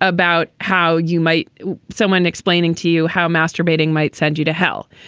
about how you might someone explaining to you how masturbating might send you to hell.